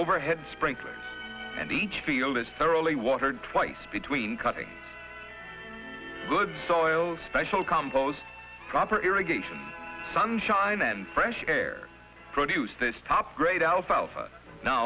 overhead frank and each field is thoroughly watered twice between cutting good soil special compost proper irrigation sunshine and fresh air produce this top grade alfalfa no